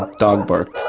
ah dog barked.